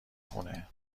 خونه